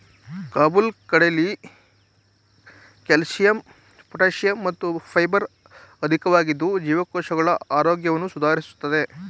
ಕಾಬುಲ್ ಕಡಲೆಲಿ calcium potassium ಮತ್ತು fibre ಅಧಿಕವಾಗಿದ್ದು ಜೀವಕೋಶಗಳ ಆರೋಗ್ಯವನ್ನು ಸುಧಾರಿಸ್ತದೆ